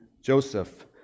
Joseph